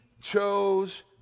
chose